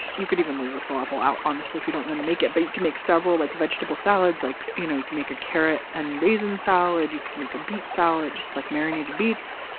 you could even leave the falafel out honestly if you don't want to make it. but you can make several like vegetable salads. like you know you can make a carrot and raisin salad. you can make a beet salad, just like marinated beets,